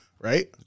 Right